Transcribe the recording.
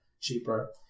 cheaper